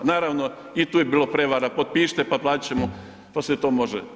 Naravno i tu je bilo prevara, potpišite pa platiti ćemo, pa se to može.